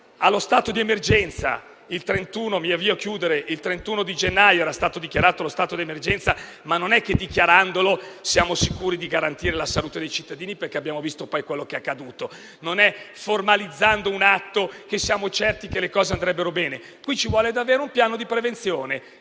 allo stato di emergenza. Il 31 gennaio era stato dichiarato lo stato d'emergenza, ma non è che dichiarandolo siamo sicuri di garantire la salute dei cittadini (abbiamo infatti visto quello che poi è accaduto). Non è formalizzando un atto che siamo certi che le cose andranno bene. Qui ci vuole davvero un piano di prevenzione;